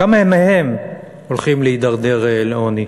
כמה מהם הולכים להידרדר לעוני.